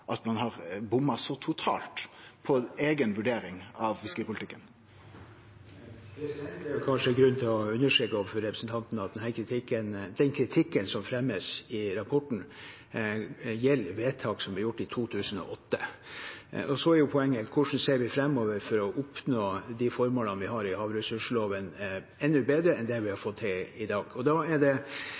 at ein har bomma så totalt på eiga vurdering av fiskeripolitikken? Det er kanskje grunn til å understreke overfor representanten at den kritikken som fremmes i rapporten, gjelder vedtak som ble gjort i 2008. Så er poenget: Hvordan ser vi framover for å oppnå de formålene vi har i havressursloven, enda bedre enn det vi har fått til i dag? Da blir det,